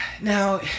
now